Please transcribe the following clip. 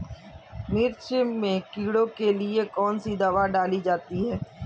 मिर्च में कीड़ों के लिए कौनसी दावा डाली जाती है?